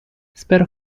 spero